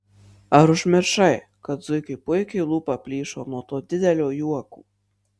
ar užmiršai kad zuikiui puikiui lūpa plyšo nuo to didelio juoko